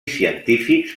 científics